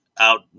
Out